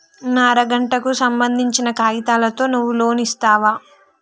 నా అర గంటకు సంబందించిన కాగితాలతో నువ్వు లోన్ ఇస్తవా?